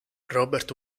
robert